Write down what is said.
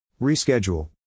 Reschedule